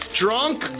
drunk